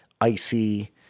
icy